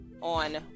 on